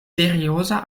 serioza